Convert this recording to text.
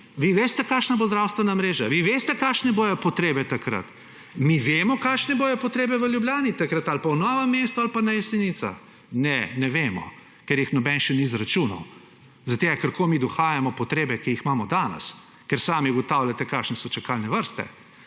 Vi veste, kakšna bo zdravstvena mreža, vi veste, kakšne bodo potrebe takrat? Mi vemo, kakšne bodo potrebe v Ljubljani takrat, ali pa v Novem mestu, ali pa na Jesenicah? Ne, ne vemo, ker jih nobeden še ni izračunal, ker komaj dohajamo potrebe, ki jih imamo danes, ker sami ugotavljate, kakšne so čakalne vrste.